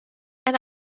and